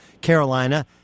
Carolina